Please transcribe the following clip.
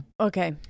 Okay